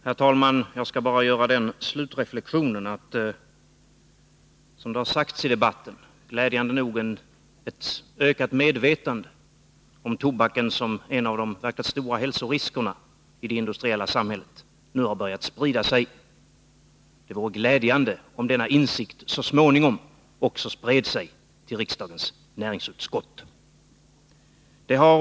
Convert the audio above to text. Herr talman! Jag skall bara till slut göra följande reflexion. Som framgått av debatten har, glädjande nog, ett ökat medvetande om tobaken som en av de verkligt stora hälsoriskerna i det industriella samhället börjat sprida sig. Det vore bra om denna insikt så småningom också spred sig till näringsutskottet.